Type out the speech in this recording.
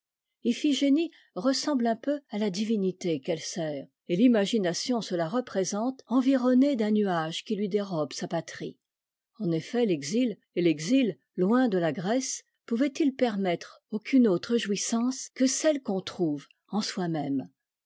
jphigénie ressemble un peu à la divinité qu'elle sert et l'imagination se la représente environnée d'un nuage qui lui dérobe sa patrie en effet l'exil et l'exil loin de la grèce pouvait-il permettre aucune autre jouissance que celles qu'on trouve en soi-même